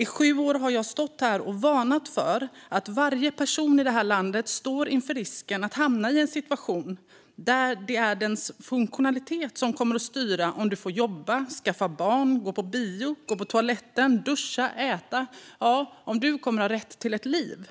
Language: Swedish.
I sju år har jag stått här och varnat för att varje person i detta land står inför risken att hamna i en situation där det är den egna funktionaliteten som styr om man får jobba, skaffa barn, gå på bio, gå på toaletten, duscha, äta och ha rätt till ett liv.